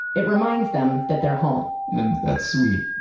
it reminds them that they're home and that's sweet,